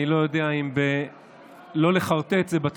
אני אומר לך שהתרגלתי מהחוק הקודם.